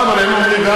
פעם היינו אומרים,